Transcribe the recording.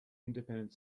independent